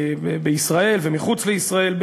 בישראל ומחוץ לישראל.